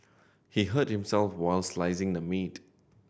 he hurt himself while slicing the meat